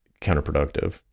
counterproductive